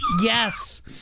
yes